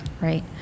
Right